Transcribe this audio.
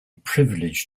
privileged